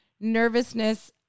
nervousness